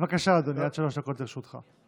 בבקשה, אדוני, עד שלוש דקות לרשותך.